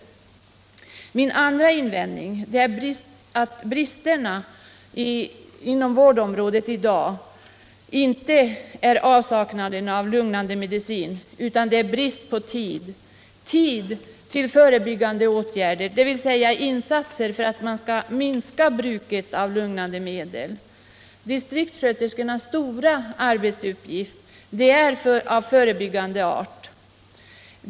Min andra invändning är att bristerna inom vårdområdet i dag inte gäller avsaknaden av lugnande medicin utan bristen på tid till förebyggande åtgärder, dvs. åtgärder för att minska bruket av lugnande medel. Distriktssköterskornas stora arbetsuppgift är av förebyggande art.